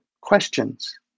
questions